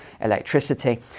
electricity